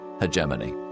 hegemony